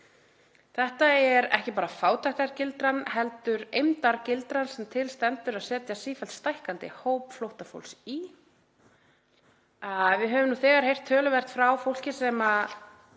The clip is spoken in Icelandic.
Þetta er ekki bara fátæktargildran heldur eymdargildran sem til stendur að setja sífellt stækkandi hóp flóttafólks í. Við höfum nú þegar heyrt um töluvert af fólki sem er